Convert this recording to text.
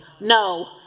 No